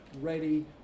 ready